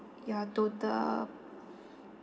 your total